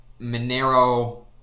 Monero